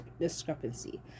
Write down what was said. discrepancy